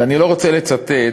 ואני לא רוצה לצטט,